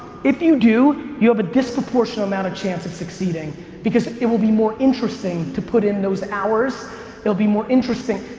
if you do you, have a disproportionate amount of chance of succeeding because it will be more interesting to put in those hours it'll be more interesting.